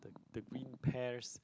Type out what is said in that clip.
the green pears